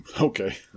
Okay